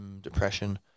depression